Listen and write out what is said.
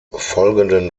folgenden